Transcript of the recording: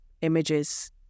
images